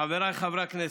חבריי חברי הכנסת,